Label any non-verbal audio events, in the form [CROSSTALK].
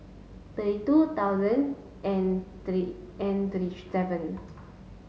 thirty two thousand and thirty and thirty [UNINTELLIGIBLE] seven